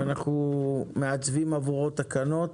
אנחנו מעצבים עבורו תקנות,